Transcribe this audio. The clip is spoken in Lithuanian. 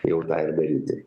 jau darberinti